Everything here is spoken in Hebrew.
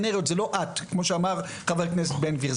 זה לא את כמו שאמר חבר הכנסת בן גביר.